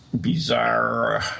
bizarre